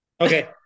Okay